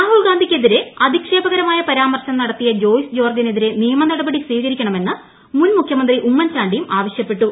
രാഹുൽഗാന്ധിയ്ക്കെതിരെ ്അ്ധിക്ഷേപകരമായ പരാമർശം നടത്തിയ ജോയിസ് ജ്വേർജിനെതിരെ നിയമനടപടി സ്വീകരിക്കണമെന്ന് മുൻമുഖ്യമന്ത്രി ഉമ്മൻചാണ്ടിയും ആവശ്യപ്പെട്ടു